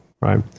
right